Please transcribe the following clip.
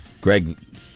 Greg